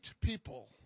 people